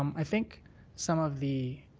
um i think some of the